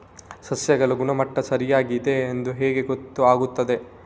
ಸಸ್ಯಗಳ ಗುಣಮಟ್ಟ ಸರಿಯಾಗಿ ಇದೆ ಎಂದು ಹೇಗೆ ಗೊತ್ತು ಆಗುತ್ತದೆ?